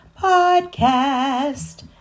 podcast